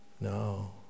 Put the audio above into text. No